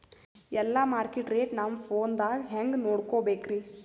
ಎಲ್ಲಾ market rate ನಮ್ ಫೋನದಾಗ ಹೆಂಗ ನೋಡಕೋಬೇಕ್ರಿ?